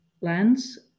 lands